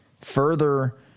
further